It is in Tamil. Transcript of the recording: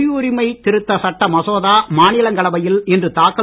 குடியுரிமை திருத்த சட்ட மசோதா மாநிலங்களவையில் இன்று தாக்கல்